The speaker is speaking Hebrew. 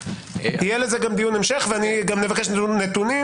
יהיה לזה גם דיון המשך ונבקש נתונים.